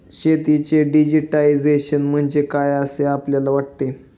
शेतीचे डिजिटायझेशन म्हणजे काय असे आपल्याला वाटते?